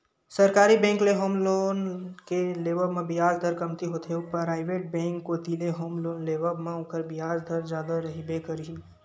सरकारी बेंक ले home loan के लेवब म बियाज दर कमती होथे अउ पराइवेट बेंक कोती ले होम लोन लेवब म ओखर बियाज दर जादा रहिबे करही